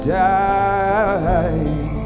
die